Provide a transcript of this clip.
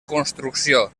construcció